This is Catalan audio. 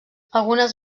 algunes